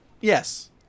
Yes